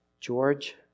George